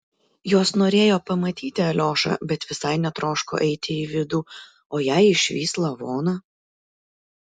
jos norėjo pamatyti aliošą bet visai netroško eiti į vidų o jei išvys lavoną